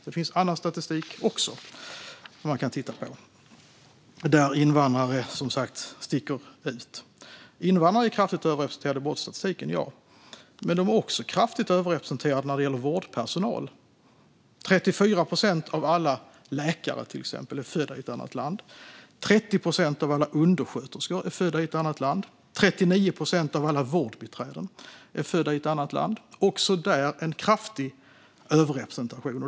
Det finns också annan statistik där invandrare sticker ut. Invandrare är kraftigt överrepresenterade i brottsstatistiken, ja. Men de är också kraftigt överrepresenterade i gruppen vårdpersonal. Till exempel är 34 procent av alla läkare födda i ett annat land, 30 procent av alla undersköterskor är födda i ett annat land och 39 procent av alla vårdbiträden är födda i ett annat land. Också där finns en kraftig överrepresentation.